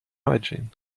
hygiene